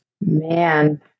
Man